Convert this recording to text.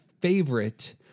favorite